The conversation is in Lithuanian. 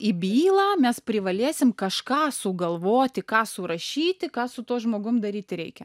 į bylą mes privalėsim kažką sugalvoti ką surašyti ką su tuo žmogum daryti reikia